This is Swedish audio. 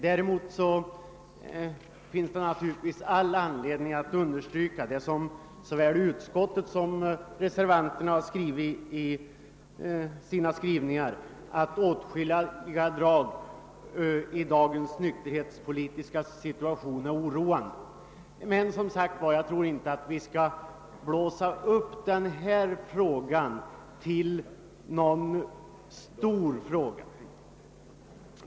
Däremot finns det naturligtvis all anledning att understryka vad såväl utskottet som reservanterna skrivit om att åtskilliga drag i dagens nykterhetspolitiska situation är oroande. Men jag tycker som sagt att vi inte skall blåsa upp detta spörsmål till någon stor fråga.